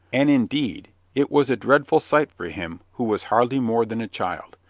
and, indeed, it was a dreadful sight for him who was hardly more than a child.